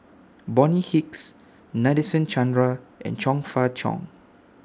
Bonny Hicks Nadasen Chandra and Chong Fah Cheong